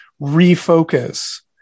refocus